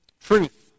truth